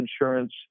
insurance